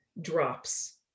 drops